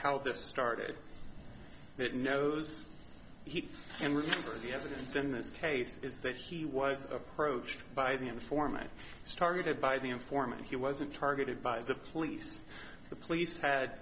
how this started that knows he can remember the evidence in this case is that he was approached by the informant started by the informant he wasn't targeted by the police the police had